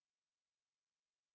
so this is the picture